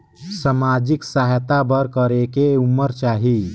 समाजिक सहायता बर करेके उमर चाही?